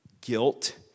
guilt